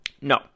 No